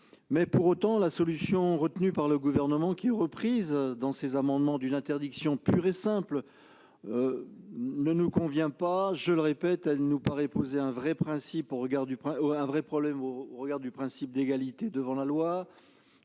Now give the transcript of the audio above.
Pour autant, la solution retenue par le Gouvernement et reprise dans ces amendements, soit l'interdiction pure et simple, ne nous convient pas : elle nous paraît poser un vrai problème au regard du principe d'égalité devant la loi,